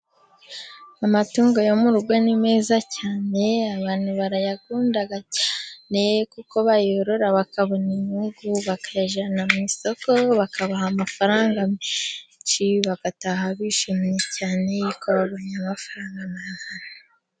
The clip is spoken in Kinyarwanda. Amatungo yo mu rugo ni meza cyane, abantu barayakunda cyane, kuko bayorora bakabona inyungu, bakajyana mu isoko bakabaha amafaranga menshi, bagataha bishimye cyane y'uko babonye amafaranga menshi.